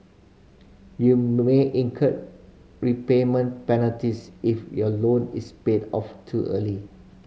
you may incur repayment penalties if your loan is paid off too early